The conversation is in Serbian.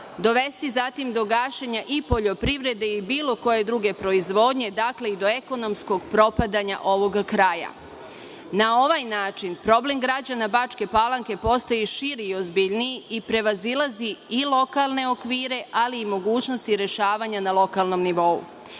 dovesti zatim do gašenja i poljoprivrede i bilo koje druge proizvodnje i do ekonomskog propadanja ovog kraja. Na ovaj način problem građana Bačke Palanke postaje širi i ozbiljniji i prevazilazi i lokalne okvire, ali i mogućnosti rešavanja na lokalnom